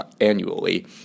annually